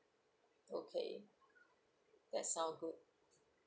okay that sound good